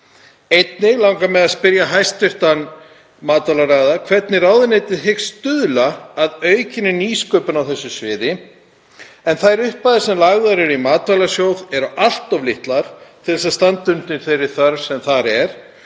Einnig langar mig að spyrja hæstv. matvælaráðherra hvernig ráðuneytið hyggst stuðla að aukinni nýsköpun á þessu sviði en þær upphæðir sem lagðar eru í Matvælasjóð eru allt of lágar til að standa undir þeirri þörf sem þar er.